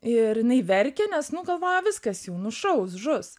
ir jinai verkė nes nu galvojo viskas jau nušaus žus